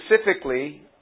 specifically